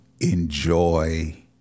enjoy